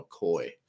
mccoy